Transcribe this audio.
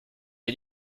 est